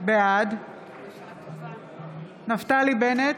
בעד נפתלי בנט,